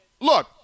look